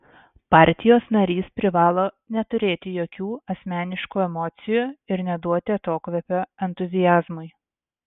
partijos narys privalo neturėti jokių asmeniškų emocijų ir neduoti atokvėpio entuziazmui